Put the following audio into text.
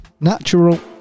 Natural